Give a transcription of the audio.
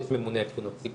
יש ממונה על פניות ציבור.